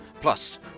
Plus